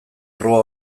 proba